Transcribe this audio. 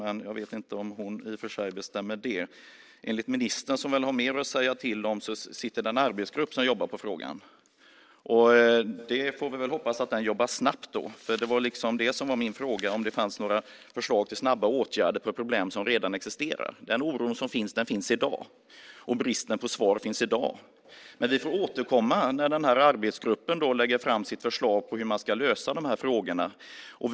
I och för sig vet jag inte om det är hon som bestämmer det. Enligt ministern, som väl har mer att säga till om, jobbar en arbetsgrupp med frågan. Vi får hoppas att den jobbar snabbt. Min fråga var liksom om det finns några förslag till snabba åtgärder beträffande problem som redan existerar. Oron finns i dag, och bristen på svar finns också i dag. Vi får återkomma när arbetsgruppen lägger fram sitt förslag till hur de här frågorna ska lösas.